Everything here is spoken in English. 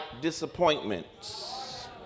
disappointments